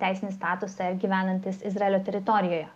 teisinį statusą ir gyvenantys izraelio teritorijoje